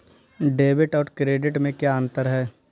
Debit और credit में क्या अंतर है?